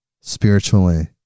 spiritually